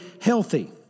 healthy